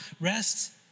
rest